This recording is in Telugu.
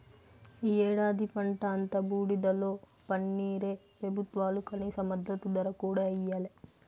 ఈ ఏడాది పంట అంతా బూడిదలో పన్నీరే పెబుత్వాలు కనీస మద్దతు ధర కూడా ఇయ్యలే